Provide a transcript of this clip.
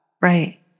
Right